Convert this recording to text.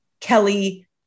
Kelly